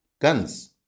guns